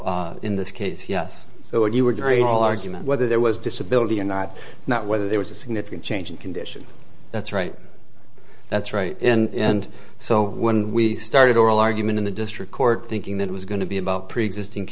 argument in this case yes so when you were very little argument whether there was disability or not not whether there was a significant change in condition that's right that's right in so when we started oral argument in the district court thinking that it was going to be about preexisting